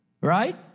right